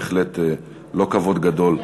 זה בהחלט לא כבוד גדול לכולנו.